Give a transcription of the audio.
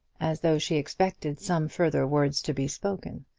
as though she expected some further words to be spoken.